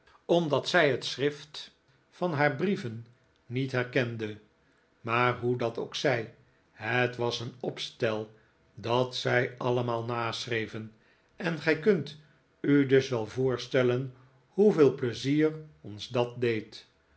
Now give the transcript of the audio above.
omdat zij het schrift van haar brieven niet herkende maar hoe dat ook zij het was een opstel dat zij allemaal naschreven en gij kunt u dus wel voorstellen hoeveel pleizier ons dat deed